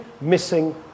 missing